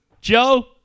Joe